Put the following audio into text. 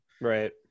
Right